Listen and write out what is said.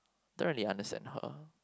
don't really understand her